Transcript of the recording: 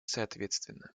соответственно